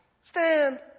stand